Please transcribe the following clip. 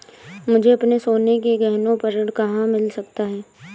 मुझे अपने सोने के गहनों पर ऋण कहाँ मिल सकता है?